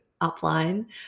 upline